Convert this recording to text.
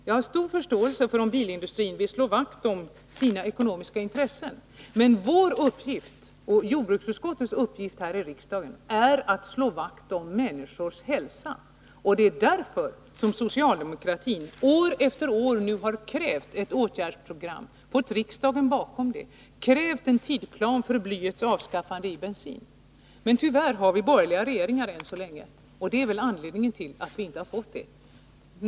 Jag har stor förståelse för att bilindustrin vill slå vakt om sina ekonomiska intressen, men vår och jordbruksutskottets uppgift här i riksdagen är att slå vakt om människors hälsa. Det är därför socialdemokratin år efter år har krävt ett åtgärdsprogram, och fått riksdagen bakom det, och en tidsplan för blyets avskaffande i bensinen. Men tyvärr har vi borgerliga regeringar än så länge, och det är anledningen till att vi inte har fått igenom kraven.